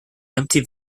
empty